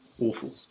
awful